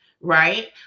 right